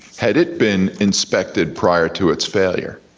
had it been inspected prior to its failure?